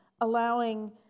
allowing